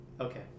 Okay